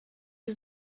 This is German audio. die